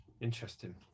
Interesting